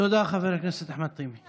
תודה, חבר הכנסת אחמד טיבי.